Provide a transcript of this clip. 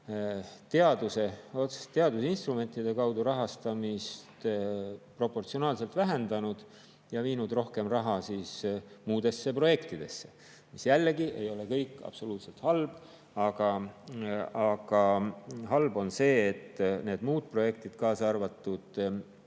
: 20 on otseselt teaduse instrumentide kaudu rahastamist proportsionaalselt vähendanud ja viinud rohkem raha muudesse projektidesse – mis jällegi ei ole kõik absoluutselt halb, aga halb on see, et need muud projektid, kaasa arvatud